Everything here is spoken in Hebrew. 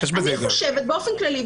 אני חושבת באופן כללי,